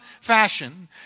fashion